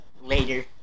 later